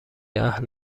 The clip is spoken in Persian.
اهل